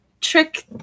Trick